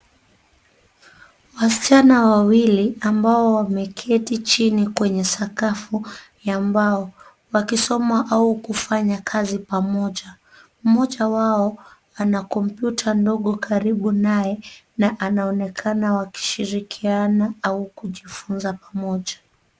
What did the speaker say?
Wasichana wawili ambao wameketi chini kwenye sakafu ya mbao wakisoma au kufanya kazi pamoja mmoja wao anakompyuta ndogo karibu naye wanaonekana wakishirikiana au kujifunza pamoja.